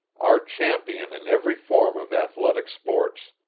our champion in every form of athletic sports!